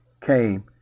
came